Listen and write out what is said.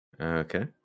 Okay